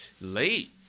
Late